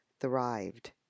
thrived